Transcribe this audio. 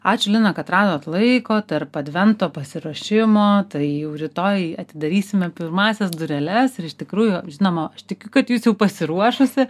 ačiū lina kad radot laiko tarp advento pasiruošimo tai jau rytoj atidarysime pirmąsias dureles ir iš tikrųjų žinoma aš tikiu kad jūs jau pasiruošusi